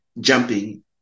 jumping